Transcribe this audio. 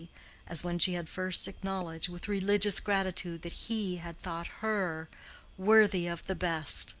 as when she had first acknowledged with religious gratitude that he had thought her worthy of the best